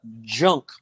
junk